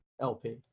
LP